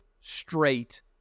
straight